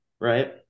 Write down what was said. right